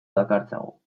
dakartzagu